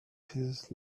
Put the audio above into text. his